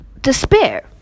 despair